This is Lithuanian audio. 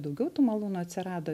daugiau tų malūnų atsirado